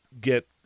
get